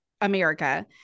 America